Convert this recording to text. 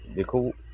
बेखौ